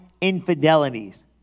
Infidelities